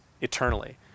eternally